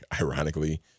ironically